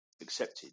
accepted